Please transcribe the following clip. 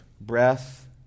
breath